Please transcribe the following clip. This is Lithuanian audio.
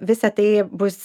visa tai bus